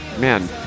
Man